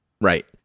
right